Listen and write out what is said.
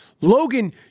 Logan